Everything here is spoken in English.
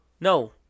No